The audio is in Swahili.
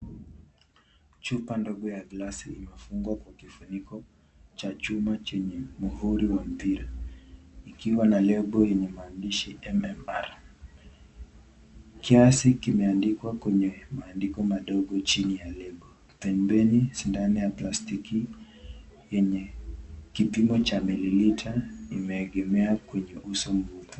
chupa ndogo ya glasi imefungwa kwa kifuniko cha chuma chenye muhuri wa mpira ikiwa na lebo yenye maandishi MMR kiasi kimeandwa kwenye maandiko madogo chini ya lebo, pembeni sindano ya plastiki yenye kipimo cha mililita imeegemea kwenye uso